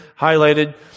highlighted